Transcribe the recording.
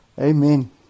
amen